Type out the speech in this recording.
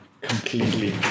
completely